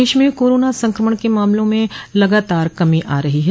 प्रदेश में कोरोना संक्रमण के मामले में लगातार कमी आ रही है